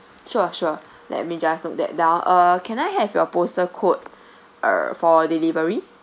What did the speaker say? sure sure let me just note that down uh can I have your postal code err for delivery